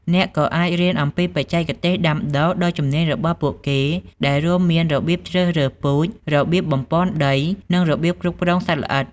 អ្នកក៏អាចរៀនអំពីបច្ចេកទេសដាំដុះដ៏ជំនាញរបស់ពួកគេ ដែលរួមមានរបៀបជ្រើសរើសពូជ របៀបបំប៉នដី និងរបៀបគ្រប់គ្រងសត្វល្អិត។